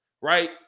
Right